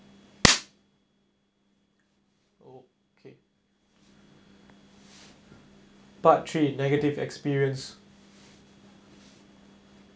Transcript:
okay part three negative experience